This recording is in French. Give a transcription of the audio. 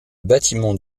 bâtiment